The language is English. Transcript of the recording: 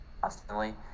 constantly